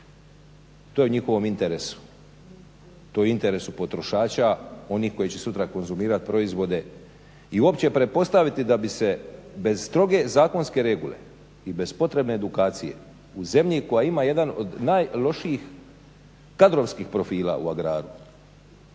To je u njihovom interesu, to je u interesu potrošača ovi koji će sutra konzumirati proizvode i uopće pretpostaviti da bi se bez stroge zakonske regule i bez potrebne edukacije u zemlji koja ima jedan od najlošijih kadrovskih profila u agraru